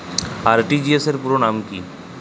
RTGS পুরো নাম কি?